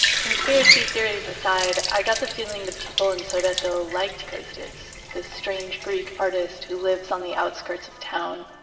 conspiracy theories aside, i got the feeling the people in sodeto liked costis costis this strange greek artist who lives on the outskirts of town.